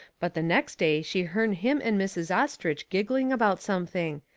but the next day she hearn him and mrs. ostrich giggling about something,